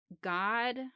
God